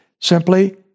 simply